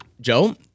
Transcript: Joe